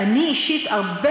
תודה רבה.